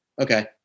Okay